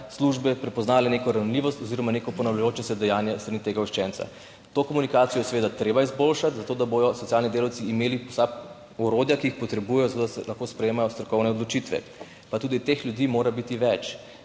službe prepoznale neko ranljivost oziroma neko ponavljajoče se dejanje s strani tega učenca. To komunikacijo je seveda treba izboljšati, zato da bodo socialni delavci imeli vsa orodja, ki jih potrebujejo, da se lahko sprejemajo strokovne odločitve. Pa tudi teh ljudi mora biti več.